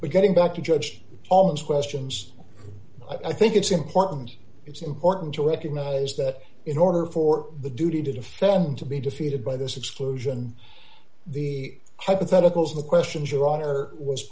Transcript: but getting back to judge almost questions i think it's important it's important to recognize that in order for the duty to defend to be defeated by this exclusion the hypotheticals of the questions your honor was